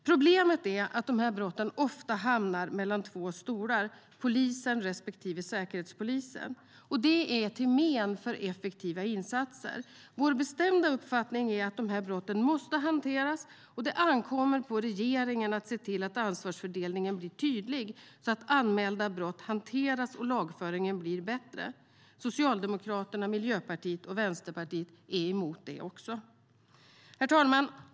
Problemet är att de här brotten ofta hamnar mellan två stolar, polisen och säkerhetspolisen. Det är till men för effektiva insatser. Vår bestämda uppfattning är att de här brotten måste hanteras. Det ankommer på regeringen att se till att ansvarsfördelningen blir tydlig, så att anmälda brott hanteras och lagföringen blir bättre. Socialdemokraterna, Miljöpartiet och Vänsterpartiet är emot detta också. Herr talman!